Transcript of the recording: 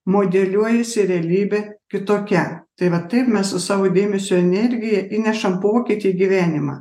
modeliuojasi realybė kitokia tai va taip mes su savo dėmesio energija įnešam pokytį į gyvenimą